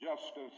justice